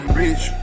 rich